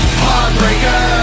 heartbreaker